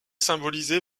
symbolisée